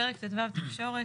פרק ט"ו, תקשורת.